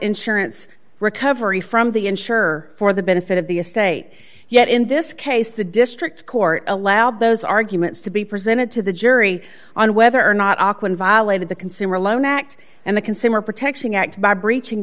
insurance recovery from the insurer for the benefit of the estate yet in this case the district court in allowed those arguments to be presented to the jury on whether or not auckland violated the consumer loan act and the consumer protection act by breaching